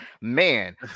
man